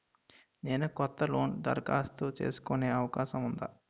నేను కొత్త లోన్ దరఖాస్తు చేసుకునే అవకాశం ఉందా?